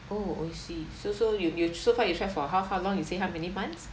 oh I see so so you you so far you try for how how long you say how many months